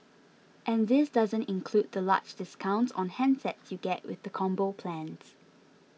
and this doesn't include the large discounts on handsets you get with the Combo plans